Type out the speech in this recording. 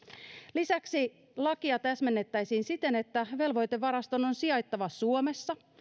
lisäksi lakia täsmennettäisiin siten että velvoitevaraston on sijaittava suomessa